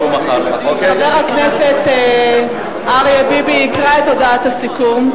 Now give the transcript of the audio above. חבר הכנסת אריה ביבי יקרא את הודעת הסיכום.